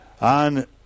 on